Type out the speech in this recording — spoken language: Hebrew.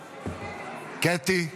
קטי,